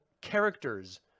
characters